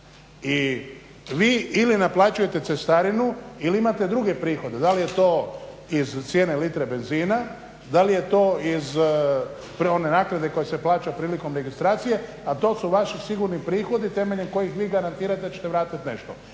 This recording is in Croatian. i vi ili naplaćujete cestarinu ili imate druge prihode. Da li je to iz cijene litre benzina, da li je to iz one naknade koja se plaća prilikom registracije a to su vaši sigurni prihodi temeljem kojih vi garantirate da ćete vratiti nešto.